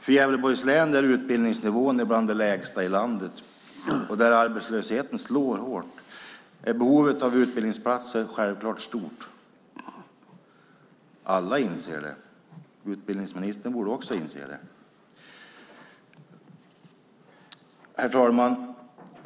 För Gävleborgs län, där utbildningsnivån är bland den lägsta i landet, och där arbetslösheten slår hårt, är behovet av utbildningsplatser självklart stort. Alla inser det. Utbildningsministern borde också inse det. Herr talman!